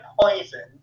poison